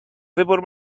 wybór